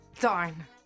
Darn